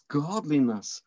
godliness